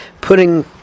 putting